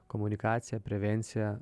komunikacija prevencija